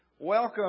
Welcome